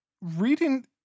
reading